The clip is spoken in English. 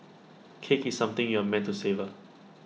cake is something you are meant to savour